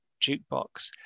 jukebox